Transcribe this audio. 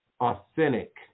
authentic